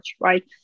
right